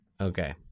Okay